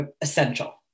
essential